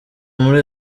muri